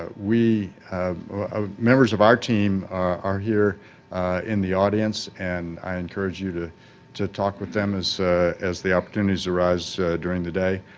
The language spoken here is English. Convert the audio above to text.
ah we, ah members of our team are here in the audience and i encourage you to to talk with them as as the opportunities arise during the day.